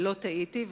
ולא טעיתי,